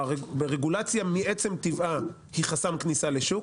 רגולציה מעצם טבעה היא חסם כניסה לשוק,